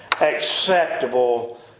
acceptable